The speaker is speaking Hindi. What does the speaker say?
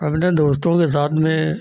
अपने दोस्तों के साथ में